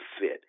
fit